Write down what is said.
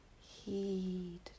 heed